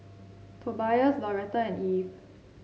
Tobias Lauretta and Eve